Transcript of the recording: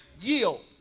yield